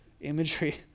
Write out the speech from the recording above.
imagery